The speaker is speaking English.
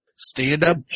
stand-up